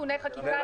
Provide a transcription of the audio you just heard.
תיקוני חקיקה.